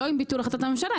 לא עם ביטול החלטת הממשלה,